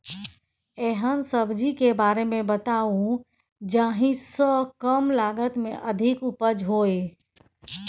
एहन सब्जी के बारे मे बताऊ जाहि सॅ कम लागत मे अधिक उपज होय?